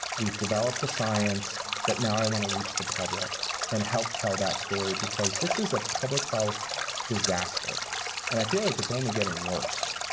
we've developed the science but now i want to reach the public and help tell that story because this is a public health disaster and i feel like it's only getting worse.